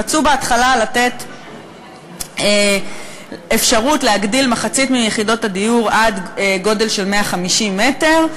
רצו בהתחלה לתת אפשרות להגדיל מחצית מיחידות הדיור עד גודל של 150 מ"ר.